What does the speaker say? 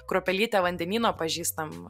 kruopelytę vandenyno pažįstam